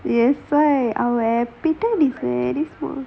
that's why